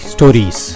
Stories